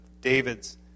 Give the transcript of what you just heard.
David's